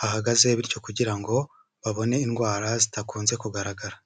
hahagaze bityo kugira ngo babone indwara zidakunze kugaragara.